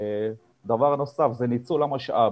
דבר נוסף זה ניצול המשאב.